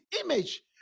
image